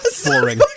boring